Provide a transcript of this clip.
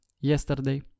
yesterday